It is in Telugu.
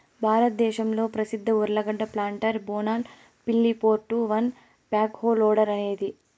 భారతదేశంలో ప్రసిద్ధ ఉర్లగడ్డ ప్లాంటర్ బోనాల్ పిల్లి four two one back hoe loader అనేది